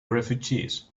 refugees